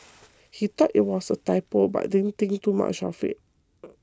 he thought it was a typo but didn't think too much of it